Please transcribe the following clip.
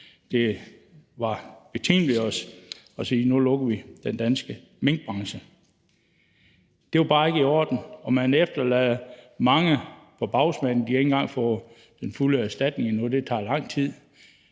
det var betimeligt at sige: Nu lukker vi den danske minkbranche. Det var bare ikke i orden, og man efterlader mange på bagsmækken. De har ikke engang fået den fulde erstatning endnu; det tager lang tid.